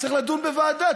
צריך לדון בוועדה.